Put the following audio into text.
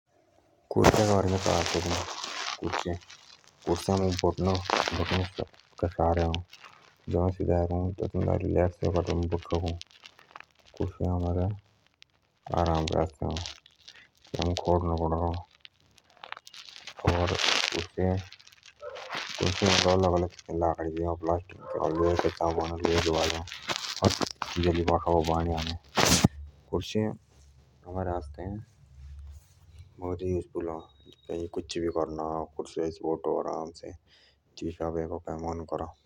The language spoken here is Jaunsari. कुर्सीया के बारे मुझ का बोलनो कुर्सी आराम करनके आसते राखे बाणे ताकि आम सिदाइ नू नटी कुर्सी कई तरह कि अ लाकडी प्लास्टिक जो आमार बोटनके कामे आअ कुर्से आराम करनका साधन अ।